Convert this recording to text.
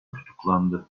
tutuklandı